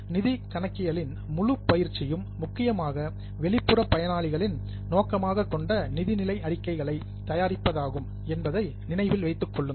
நிதி கணக்கியலின் முழு பயிற்சியும் முக்கியமாக வெளிப்புற பயனாளிகளின் நோக்கமாக கொண்ட நிதிநிலை அறிக்கைகளை தயாரிப்பதாகும் என்பதை நினைவில் கொள்ளுங்கள்